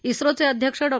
इस्रोचे अध्यक्ष डॉ